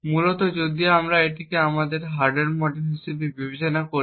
মূলত যদি আমরা এটিকে আমাদের হার্ডওয়্যার মডিউল হিসাবে বিবেচনা করি